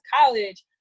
college